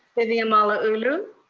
vivian malauulu?